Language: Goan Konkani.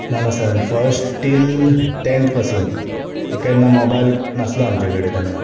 ल्हान आसतना फस्ट टिल टेंथ पासून हां केन्ना मोबयल नासलो आमचे कडेन तेन्ना